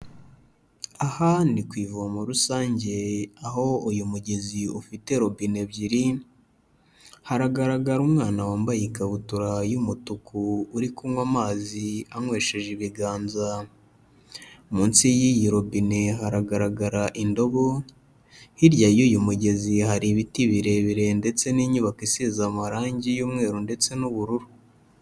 Aha ni ku ivomo rusange aho uyu mugezi ufite robine ebyiri, haragaragara umwana wambaye ikabutura y'umutuku uri kunywa amazi anywesheje ibiganza, munsi y'iyi robine hargaragara indobo, hirya y'uyu mugezi hari ibiti birebire ndetse n'inyubako isize amarangi y'umweru ndetse n'ubururu.